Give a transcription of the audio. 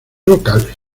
locales